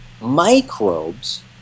microbes